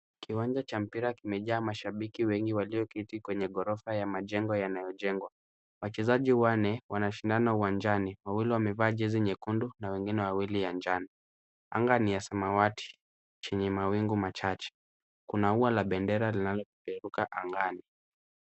Kiwanja cha mpira kimejaa mashabiki wengi walioketi kwenye ghorofa ya majengo yanayojengwa. Wachezaji wanne wanashindana uwanjani. Wawili wamevaa jezi nyekundu na wengine wawili ya njano. Anga ni ya samawati chenye mawingu machache. Kuna ua la bendera linalopeperuka angani.